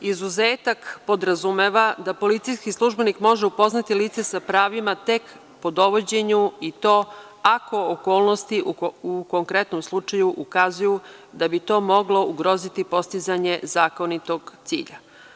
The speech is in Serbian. Izuzetak podrazumeva da policijski službenik može upoznati lice sa pravima tek po dovođenju i to ako okolnosti u konkretnom slučaju ukazuju da bi to moglo ugroziti postizanje zakonitog cilja.